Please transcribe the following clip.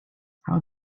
how